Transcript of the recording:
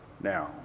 now